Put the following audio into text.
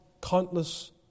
countless